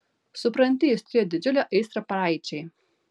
supranti jis turėjo didžiulę aistrą praeičiai